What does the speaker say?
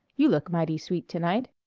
you look mighty sweet to-night.